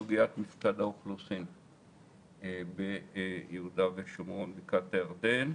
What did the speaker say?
סוגיית מפקד האוכלוסין ביהודה ושומרון ובקעת הירדן,